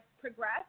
progress